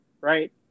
right